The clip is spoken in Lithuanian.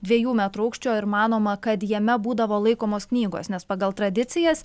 dviejų metrų aukščio ir manoma kad jame būdavo laikomos knygos nes pagal tradicijas